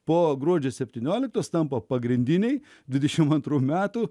po gruodžio septynioliktos tampa pagrindiniai dvidešim antrų metų